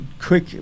quick